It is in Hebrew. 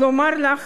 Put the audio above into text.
אני רוצה לומר לכם